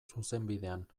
zuzenbidean